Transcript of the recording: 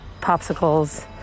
popsicles